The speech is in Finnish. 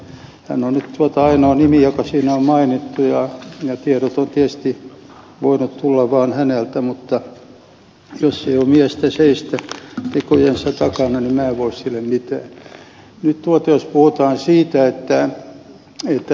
hän on nyt ainoa nimi joka siinä on mainittu ja tiedot ovat tietysti voineet tulla vain häneltä mutta jos ei ole miestä seistä tekojensa takana niin minä en voi sille mitään